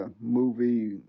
movie